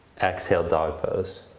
exhale dog pose.